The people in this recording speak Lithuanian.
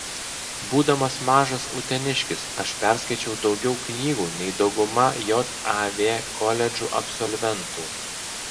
būdamas mažas uteniškis aš perskaičiau daugiau knygų nei dauguma jav koledžų absolventų